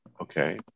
Okay